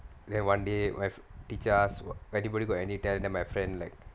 then one day my teacher ask anybody got any talent then my friend like